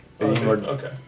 Okay